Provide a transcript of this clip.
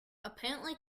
apparently